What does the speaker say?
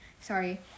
Sorry